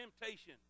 temptation